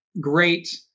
great